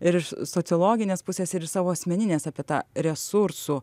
ir iš sociologinės pusės ir savo asmeninės apie tą resursų